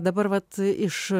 dabar vat iš